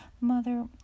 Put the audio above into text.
mother